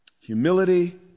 humility